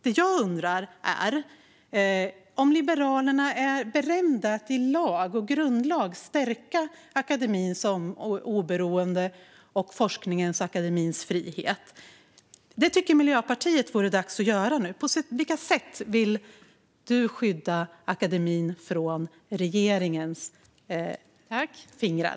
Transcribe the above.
Det jag undrar är om Liberalerna är beredda att i lag och grundlag stärka akademins oberoende och forskningens och akademins frihet. Det tycker Miljöpartiet att det vore dags att göra nu. På vilka sätt vill Fredrik Malm skydda akademin från regeringens fingrar?